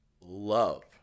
love